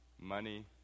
money